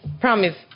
Promise